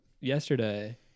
yesterday